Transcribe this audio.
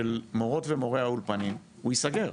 של מורות ומורי האולפנים, הוא ייסגר.